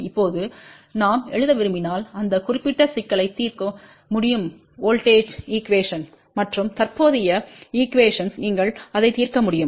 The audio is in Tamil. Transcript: இப்போது நாம் எழுத விரும்பினால் இந்த குறிப்பிட்ட சிக்கலை தீர்க்க முடியும் வோல்ட்டேஜ் ஈகுவேஷன்டு மற்றும் தற்போதைய ஈகுவேஷன்டு நீங்கள் அதை தீர்க்க முடியும்